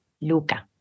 Luca